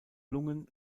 lungen